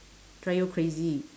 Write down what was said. drive you crazy